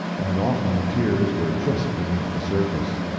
and often the tears were just beneath the surface.